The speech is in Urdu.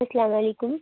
السلام علیکم